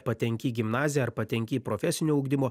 patenki į gimnaziją ar patenki į profesinio ugdymo